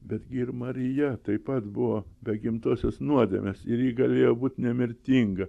betgi ir marija taip pat buvo be gimtosios nuodėmės ir ji galėjo būt nemirtinga